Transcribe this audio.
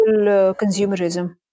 consumerism